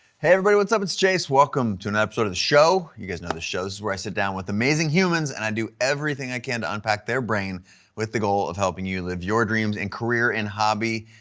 hey everybody, what's up, it's chase. welcome to an episode of the show. you guys know this show. this is where i sit down with amazing humans and i do everything i can to unpack their brain with the goal of helping you live your dreams in career, in hobby,